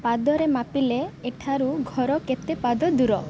ପାଦରେ ମାପିଲେ ଏଠାରୁ ଘର କେତେ ପାଦ ଦୂର